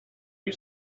you